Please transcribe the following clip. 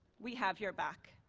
we have your back.